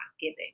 giving